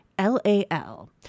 LAL